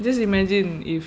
just imagine if